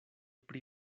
pri